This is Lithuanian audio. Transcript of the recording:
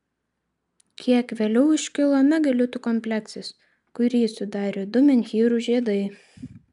kiek vėliau iškilo megalitų kompleksas kurį sudarė du menhyrų žiedai